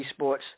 esports